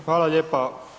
Hvala lijepa.